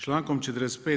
Člankom 45.